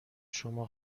شما